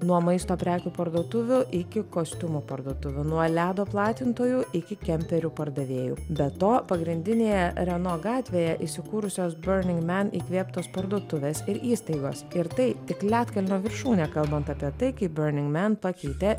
nuo maisto prekių parduotuvių iki kostiumų parduotuvių nuo ledo platintojų iki kemperių pardavėjų be to pagrindinėje renault gatvėje įsikūrusios burning mann įkvėptos parduotuves ir įstaigos ir tai tik ledkalnio viršūnė kalbant apie tai kaip burning man pakeitė